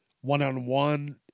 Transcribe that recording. one-on-one